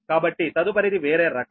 కాబట్టి తదుపరిది వేరే రకం